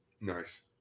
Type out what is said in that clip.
Nice